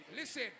Listen